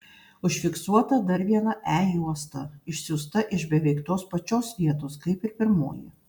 užfiksuota dar viena e juosta išsiųsta iš beveik tos pačios vietos kaip ir pirmoji